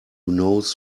knows